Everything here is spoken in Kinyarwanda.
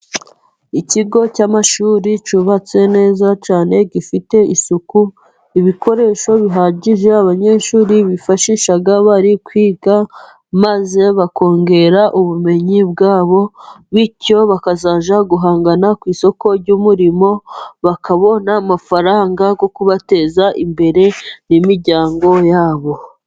Ikigo cy'amashuri cyubatse neza cyane gifite isuku. Ibikoresho bihagije abanyeshuri bifashisha bari kwiga maze bakongera ubumenyi bwabo, bityo bakazajya guhangana ku isoko ry'umurimo. Bakabona amafaranga yo kubateza imbere n'imiryango yabo.